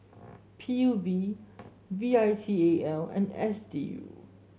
P U V V I T A L and S D U